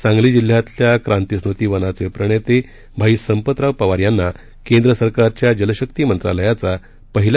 सांगली जिल्ह्यातल्या क्रांतिस्मृती वनाचे प्रणेते भाई संपतराव पवार यांना केंद्र सरकारच्या जलशक्ति मंत्रालयाचा पहिल्या